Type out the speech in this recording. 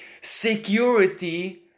security